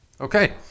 Okay